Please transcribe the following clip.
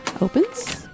opens